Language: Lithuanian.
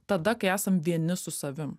tada kai esam vieni su savim